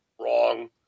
wrong